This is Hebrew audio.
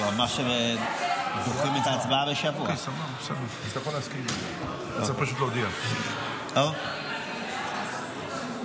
עליזה, זה מאוד מפריע, חברים.